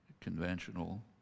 conventional